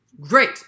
great